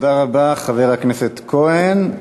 תודה רבה, חבר הכנסת כהן.